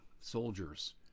soldiers